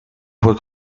fue